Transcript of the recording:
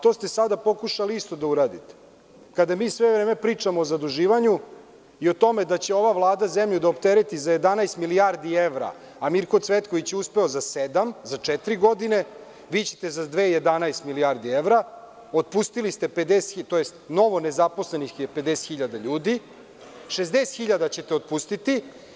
To ste sada pokušali isto da uradite, kada mi sve vreme pričamo o zaduživanju i o tome da će ova Vlada zemlju da optereti za 11 milijardi evra, a Mirko Cvetković uspeo za sedam, za četiri godine, vi ćete za dve godine 11 milijardi evra, otpustili ste, tj. novonezaposlenih je 50 hiljada ljudi, 60 hiljada ćete otpustiti.